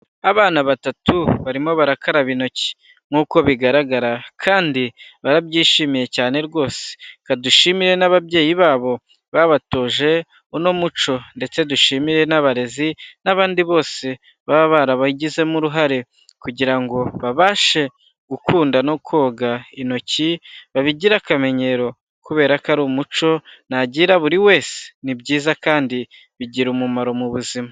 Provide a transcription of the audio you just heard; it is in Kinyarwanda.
Abana batatu barimo barakaraba intoki, nk'uko bigaragara kandi barabyishimiye cyane rwose, reka dushimire n'ababyeyi babo babatoje uno muco ndetse dushimire n'abarezi n'abandi bose baba barabagizemo uruhare kugira ngo babashe gukunda no koga intoki babigire akamenyero kubera ko ari umuco nagira buri wese, ni byiza kandi bigira umumaro mu buzima.